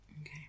okay